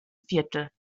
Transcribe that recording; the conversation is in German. viertel